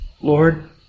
Lord